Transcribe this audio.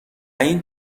این